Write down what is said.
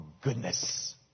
goodness